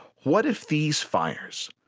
what if these fires,